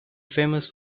famous